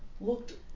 looked